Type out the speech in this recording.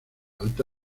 alta